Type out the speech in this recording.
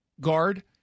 Guard